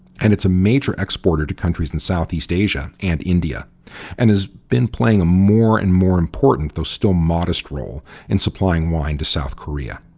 and it's a major exporter to countries in south east asia and india and has been playing a more and more important, though still modest role in supplying wine to south korea.